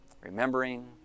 remembering